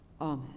Amen